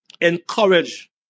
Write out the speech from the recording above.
encourage